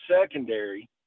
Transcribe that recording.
secondary